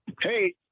Hey